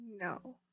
no